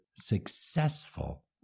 successful